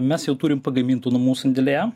mes jau turim pagamintų namų sandėlyje